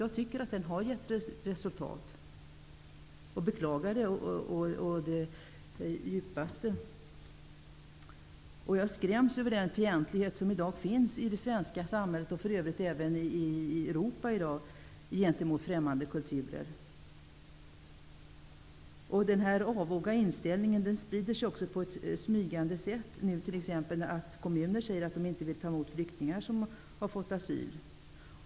Jag tycker att den har gett resultat, och jag beklagar det djupt. Jag skräms över den fientlighet som i dag finns i det svenska samhället och för övrigt i Europa gentemot främmande kulturer. Den här avoga inställningen sprider sig på ett smygande sätt. Nu säger t.ex. kommuner att de inte vill ta emot flyktingar som har fått asyl.